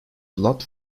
blood